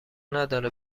نداره